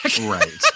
Right